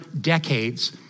decades